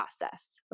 process